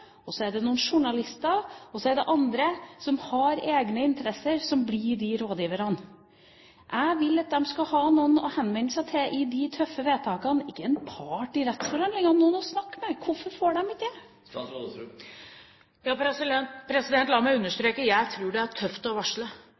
noen journalister og andre, som har egne interesser, som blir de rådgiverne. Jeg vil at varslerne skal ha noen å henvende seg til i de tøffe vedtakene – ikke en part i rettsforhandlingene, men noen å snakke med. Hvorfor får de ikke det? La meg understreke: Jeg tror det er tøft å varsle,